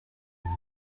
buri